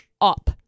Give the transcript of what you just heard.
up